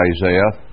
Isaiah